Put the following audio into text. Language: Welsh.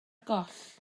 goll